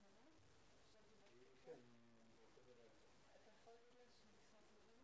שכשאני מדברת אנגלית זה רק כדי שמי שנמצאים בצד השני